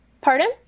Pardon